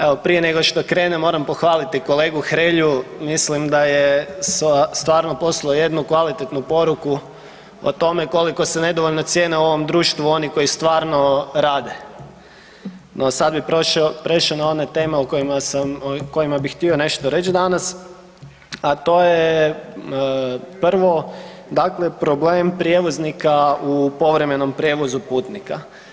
Evo prije nego što krenem, moram pohvaliti kolegu Hrelju, mislim da je stvarno poslao jednu kvalitetnu poruku o tome koliko se nedovoljno cijene u ovom društvu oni koji stvarno rade, no sad bi prešao na one teme o kojima bi htio nešto reći danas a to je prvo, dakle problem prijevoznika u povremenom prijevozu putnika.